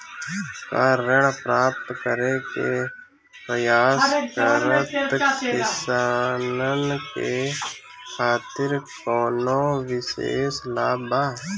का ऋण प्राप्त करे के प्रयास करत किसानन के खातिर कोनो विशेष लाभ बा